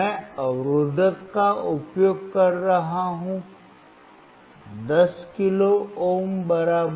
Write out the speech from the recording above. मैं अवरोधक का उपयोग कर रहा हूँ 10 किलो ओम बराबर